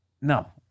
no